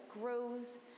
grows